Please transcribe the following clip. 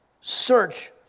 search